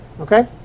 Okay